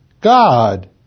God